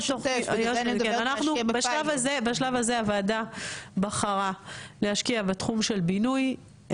--- בשלב הזה הוועדה בחרה להשקיע בתחום של בינוי,